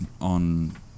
on